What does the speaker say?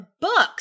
books